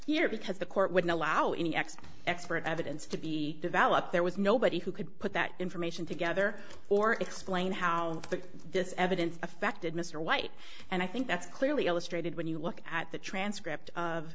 here because the court would not allow any x expert evidence to be developed there was nobody who could put that information together or explain how this evidence affected mr white and i think that's clearly illustrated when you look at the transcript of